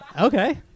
Okay